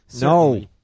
No